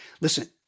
listen